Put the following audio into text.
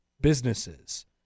businesses